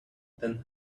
then